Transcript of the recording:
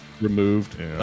Removed